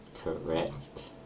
correct